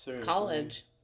college